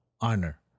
honor